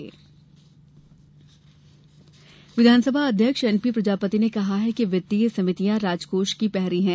विधानसभा समिति विधानसभा अध्यक्ष एनपी प्रजापति ने कहा है कि वित्तीय समितियां राजकोष की प्रहरी हैं